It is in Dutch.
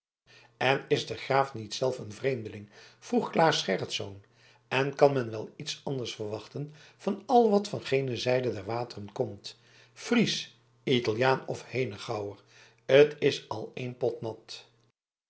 en is de graaf niet zelf een vreemdeling vroeg claes gerritsz en kan men wel iets anders verwachten van al wat van gene zijde der wateren komt fries italiaan of henegouwer t is al een pot nat